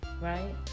right